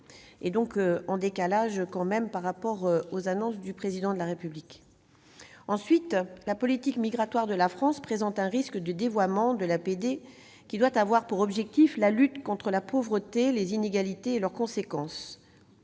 20 %, en décalage par rapport aux annonces du Président de la République. Ensuite, la politique migratoire de la France présente un risque de dévoiement de l'APD, qui doit avoir pour objectif la lutte contre la pauvreté, les inégalités et leurs conséquences.